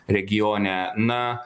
regione na